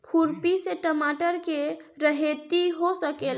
खुरपी से टमाटर के रहेती हो सकेला?